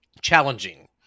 challenging